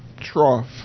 trough